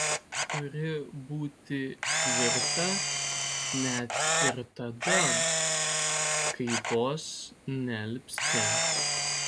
turi būti tvirta net ir tada kai vos nealpsti